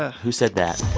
ah who said that?